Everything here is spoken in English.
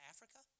Africa